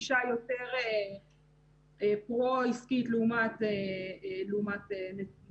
אני מבקש שתעלה דברים שהם לצורך העניין כי אתם באמת מהענפים שנמצאים